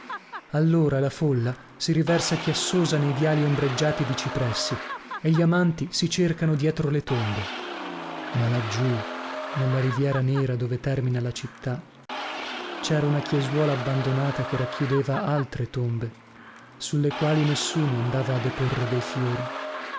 allora la folla si riversa chiassosa nei viali ombreggiati di cipressi e gli amanti si cercano dietro le tombe ma laggiù nella riviera nera dove termina la città cera una chiesuola abbandonata che racchiudeva altre tombe sulle quali nessuno andava a deporre dei fiori